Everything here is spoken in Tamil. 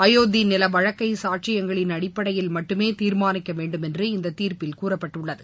அயோத்தி நில வழக்கை சாட்சியங்களின் அடிப்படையில் மட்டுமே தீர்மானிக்க வேண்டும் என்று இந்த தீர்ப்பில் கூறப்பட்டுள்ளது